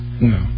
No